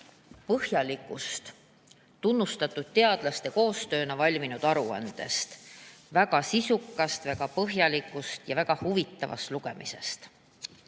põhjalikust ja tunnustatud teadlaste koostööna valminud aruandest. See on väga sisukas, väga põhjalik ja väga huvitav lugemine.